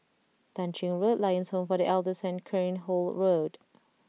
Tah Ching Road Lions Home for The Elders and Cairnhill Road